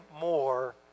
more